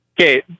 Okay